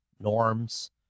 norms